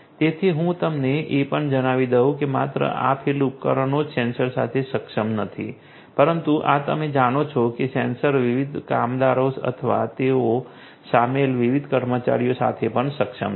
તેથી હું તમને એ પણ જણાવી દઉં કે માત્ર આ ફીલ્ડ ઉપકરણો જ સેન્સર સાથે સક્ષમ નથી પરંતુ આ તમે જાણો છો કે સેન્સર વિવિધ કામદારો અથવા તેમાં સામેલ વિવિધ કર્મચારીઓ સાથે પણ સક્ષમ છે